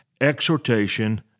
exhortation